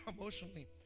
emotionally